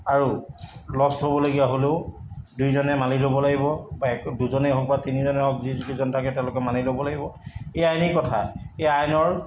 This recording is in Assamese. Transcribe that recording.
আৰু লষ্ট হ'বলগীয়া হ'লেও দুইজনে মানি ল'ব লাগিব বা দুজনেই হওক বা তিনিজনেই হওক যি কেইজন থাকে তেওঁলোকে মানি ল'ব লাগিব এই আইনী কথা এই আইনৰ